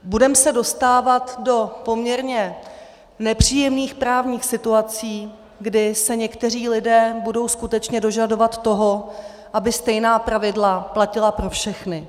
Budeme se dostávat do poměrně nepříjemných právních situací, kdy se někteří lidé budou skutečně dožadovat toho, aby stejná pravidla platila pro všechny.